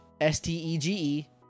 s-t-e-g-e